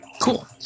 Cool